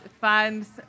fans